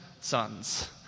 sons